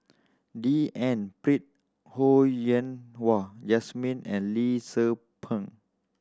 D N Pritt Ho Yen Wah Jesmine and Lee Tzu Pheng